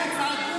צועק?